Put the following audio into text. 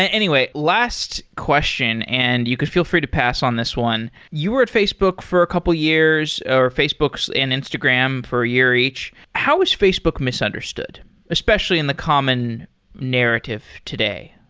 ah anyway, last question, and you can feel free to pass on this one. you were at facebook for a couple years, or facebook and instagram for a year each. how is facebook misunderstood especially in the common narrative today?